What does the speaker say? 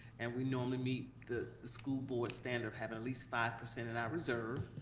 and we normally meet the school board standard having at least five percent in our reserve.